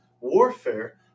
warfare